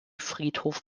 friedhof